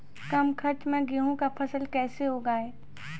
कम खर्च मे गेहूँ का फसल कैसे उगाएं?